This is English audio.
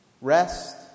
rest